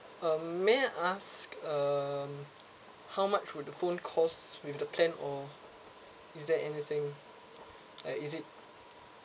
um may I ask um how much would the phone cost with the plan or is there anything like is it